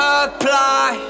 apply